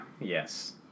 Yes